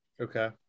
Okay